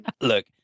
Look